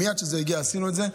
ומייד כשזה הגיע עשינו את זה.